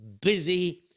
busy